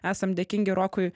esam dėkingi rokui